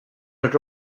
had